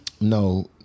no